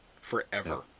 forever